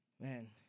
man